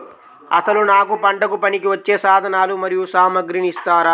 అసలు నాకు పంటకు పనికివచ్చే సాధనాలు మరియు సామగ్రిని ఇస్తారా?